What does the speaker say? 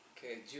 Okay